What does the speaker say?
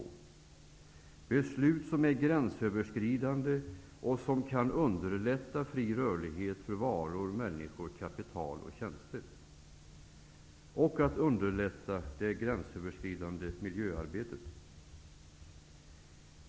Det är beslut som är gränsöverskridande och kan underlätta fri rörlighet för varor, människor, kapital och tjänster samt kan underlätta det gränsöverskridande miljöarbetet.